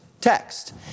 text